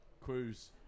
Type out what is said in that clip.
cruise